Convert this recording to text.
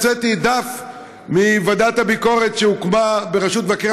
הוצאתי דף מוועדת הביקורת בראשות מבקר